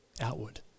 outward